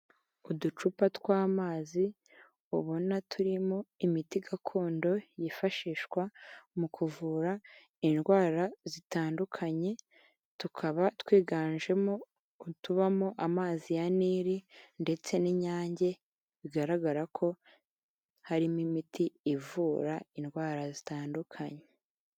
Uducupa tw'amazi ubona turimo imiti gakondo yifashishwa mu kuvura indwara zitandukanye tukaba twiganjemo utubamo amazi ya nile ndetse n'inyange bigaragara ko harimo imiti ivura indwara zitandukanye.